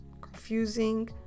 confusing